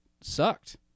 sucked